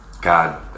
God